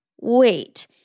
wait